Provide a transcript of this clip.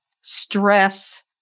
stress